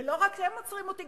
ולא רק הם עוצרים אותי,